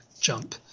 jump